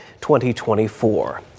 2024